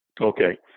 Okay